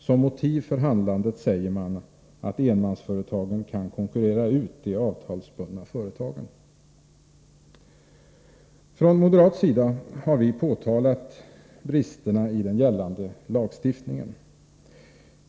Som motiv för handlandet säger man att enmansföretagen kan konkurrera ut de avtalsbundna företagen. Från moderat sida har vi påtalat bristerna i den gällande lagstiftningen.